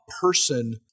person